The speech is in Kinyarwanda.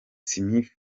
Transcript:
smith